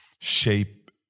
shape